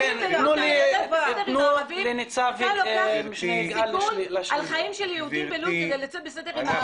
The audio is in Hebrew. אתה לוקח סיכון על חיים של יהודים בלוד כדי לצאת בסדר עם הערבים,